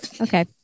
Okay